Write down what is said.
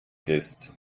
christ